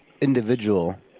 individual